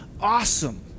awesome